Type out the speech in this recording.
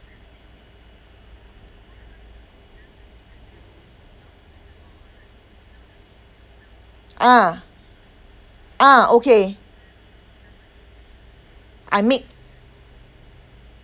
ah ah okay I make